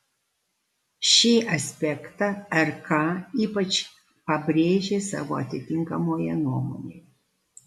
šį aspektą rk ypač pabrėžė savo atitinkamoje nuomonėje